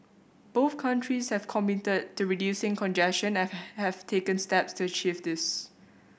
both countries have committed to reducing congestion and have have taken steps to achieve this